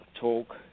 talk